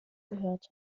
gehört